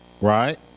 right